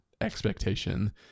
expectation